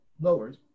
lowers